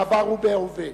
בעבר ובהווה,